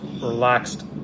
relaxed